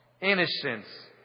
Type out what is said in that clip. Innocence